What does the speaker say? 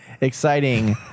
exciting